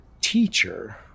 teacher